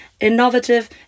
innovative